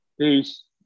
Peace